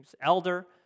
Elder